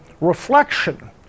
reflection